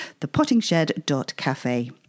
thepottingshed.cafe